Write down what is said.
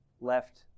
left